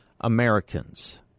Americans